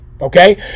okay